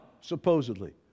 supposedly